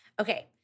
Okay